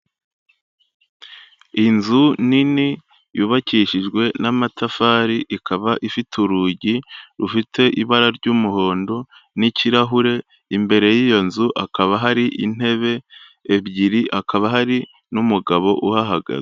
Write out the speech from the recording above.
Inzu nini yubakishijwe n'amatafari, ikaba ifite urugi rufite ibara ry'umuhondo n'ikirahure, imbere y'iyo nzu hakaba hari intebe ebyiri, hakaba hari n'umugabo uhahagaze.